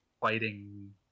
fighting